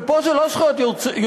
ופה זה לא זכויות יוצרים,